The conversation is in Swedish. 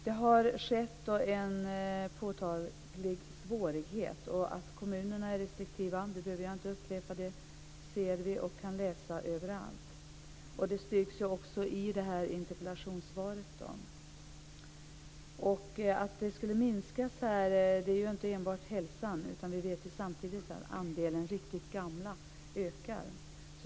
Det har uppkommit en påtaglig svårighet. Att kommunerna är restriktiva behöver jag inte upprepa. Det ser vi och kan läsa om överallt. Det stryks ju också under i interpellationssvaret. Att det skulle minskas här gäller ju inte bara hälsan, utan vi vet samtidigt att andelen riktigt gamla ökar.